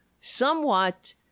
somewhat